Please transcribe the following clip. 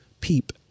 peep